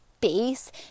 base